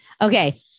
okay